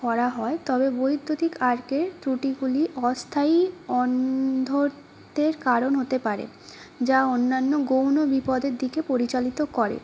করা হয় তবে বৈদ্যুতিক আর্কের ত্রুটিগুলি অস্থায়ী অন্ধত্বের কারণ হতে পারে যা অন্যান্য গৌণ বিপদের দিকে পরিচালিত করে